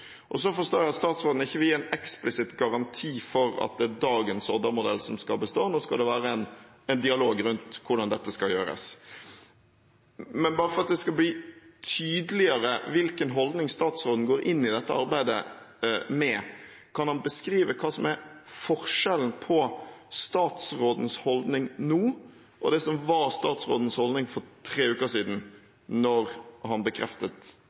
opp: Så forstår jeg at statsråden ikke vil gi en eksplisitt garanti for at dagens Odda-modell skal bestå. Nå skal det være en dialog rundt hvordan dette skal gjøres. Men bare for at det skal bli tydeligere hvilken holdning statsråden går inn i dette arbeidet med, kan han beskrive hva som er forskjellen mellom statsrådens holdning nå og det som var statsrådens holdning for tre uker siden, da han bekreftet